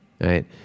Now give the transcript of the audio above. Right